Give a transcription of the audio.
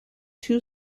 two